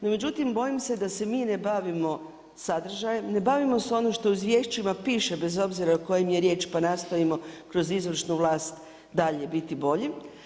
No međutim bojim se da se mi ne bavimo sadržajem, ne bavimo se onim što izvješćima piše bez obzira o kojima je riječ pa nastojimo kroz izvršnu vlast dalje biti bolji.